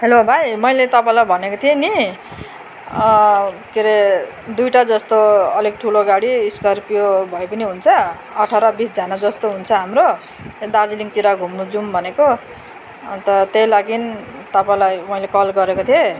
hello भाइ मैले तपाईँलाई भनेको थिएँ नि के अरे दुईवटा जस्तो अलिक ठुलो गाडी स्कर्पियो भए पनि हुन्छ अठार बिसजना जस्तो हुन्छ हाम्रो दार्जिलिङतिर घुम्नु जाउँ भनेको अन्त त्यही लागि तपाईँलाई मैले कल गरेको थिएँ